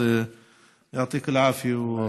אז (אומר בערבית: